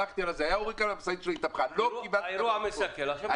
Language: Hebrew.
לא קיבלתי את המלפפון.